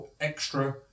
extra